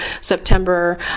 September